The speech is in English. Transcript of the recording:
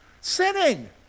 Sinning